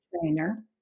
trainer